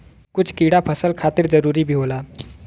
कुछ कीड़ा फसल खातिर जरूरी भी होला